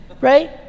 right